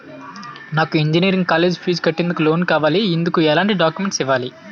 నాకు engineering college fees కట్టేందుకు loan కావాలి, ఎందుకు ఎలాంటి డాక్యుమెంట్స్ ఇవ్వాలి?